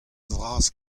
vras